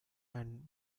and